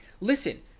Listen